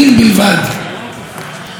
ממש אין לי בעיה עם זה.